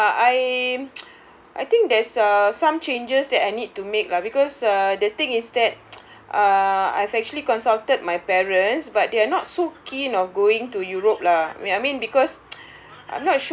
ya I I think there's uh some changes that I need to make lah because uh the thing is that uh I've actually consulted my parents but they are not so keen of going to europe lah well I mean because